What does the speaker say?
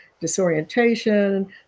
disorientation